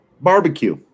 barbecue